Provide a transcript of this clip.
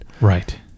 Right